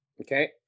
Okay